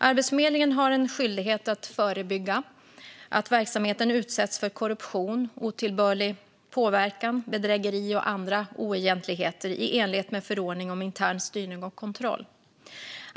Arbetsförmedlingen har en skyldighet att förebygga att verksamheten utsätts för korruption, otillbörlig påverkan, bedrägeri och andra oegentligheter i enlighet med förordning om intern styrning och kontroll.